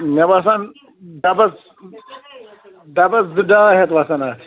مےٚ باسان ڈَبس ڈَبس زٕ ڈاے ہتھ وَسن اَتھ